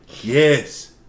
Yes